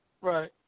Right